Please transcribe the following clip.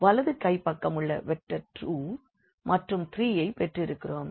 வலது கைப்பக்கம் உள்ள வெக்டர் 2 மற்றும் 3 ஐப் பெற்றிருக்கிறோம்